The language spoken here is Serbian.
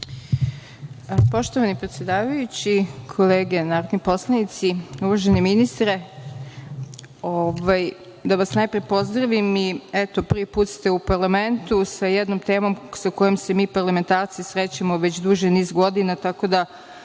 Poštovani predsedavajući, kolege narodni poslanici, uvaženi ministre, da vas najpre pozdravim. Prvi put ste u parlamentu sa jednom temom sa kojom se mi, parlamentarci, srećemo već duži niz godina, tako da,